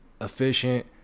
efficient